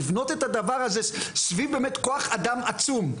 לבנות את הדבר הזה סביב באמת כוח אדם עצום.